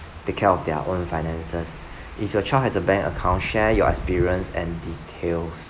take care of their own finances if your child has a bank account share your experience and details